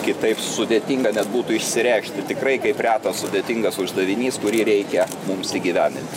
kitaip sudėtinga net būtų išsireikšti tikrai kaip reta sudėtingas uždavinys kurį reikia mums įgyvendint